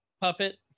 puppet